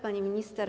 Pani Minister!